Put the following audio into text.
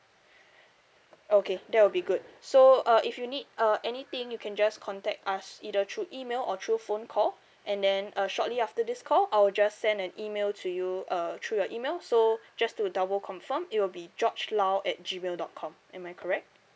okay that will be good so uh if you need uh anything you can just contact us either through email or through phone call and then uh shortly after this call I'll just send an email to you uh through your email so just to double confirm it will be george lau at G mail dot com am I correct